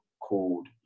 called